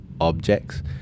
objects